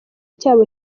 cyabo